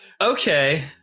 Okay